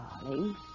darling